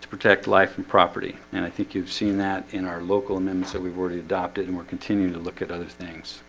to protect life and property and i think you've seen that in our local amendment that we've already adopted and we're continuing to look at other things